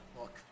Look